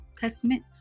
Testament